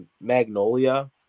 Magnolia